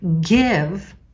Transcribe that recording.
give